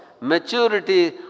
Maturity